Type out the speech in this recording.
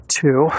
two